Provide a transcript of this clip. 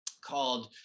called